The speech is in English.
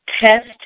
Test